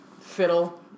fiddle